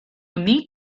need